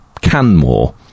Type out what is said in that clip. Canmore